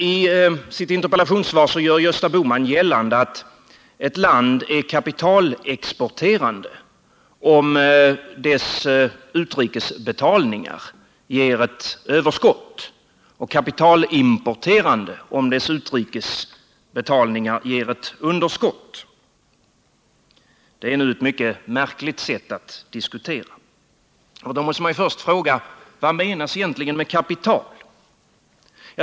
I sitt interpellationssvar gör Gösta Bohman gällande att ett land är kapitalexporterande, om dess utrikesbetalningar ger ett överskott, och kapitalimporterande om dess utrikesbetalningar ger ett underskott. Det är ett mycket märkligt sätt att diskutera. Man måste först fråga: Vad menas egentligen med kapital?